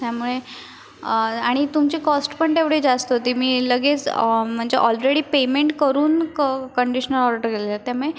त्यामुळे आणि तुमची कॉस्ट पण तेवढी जास्त होती मी लगेच म्हणजे ऑलरेडी पेमेंट करून क कंडिशनर ऑर्डर त्यामुळे